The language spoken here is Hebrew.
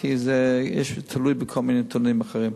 כי זה תלוי בכל מיני נתונים אחרים.